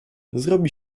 zrobi